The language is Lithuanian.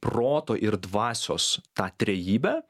proto ir dvasios tą trejybę